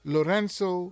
Lorenzo